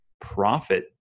profit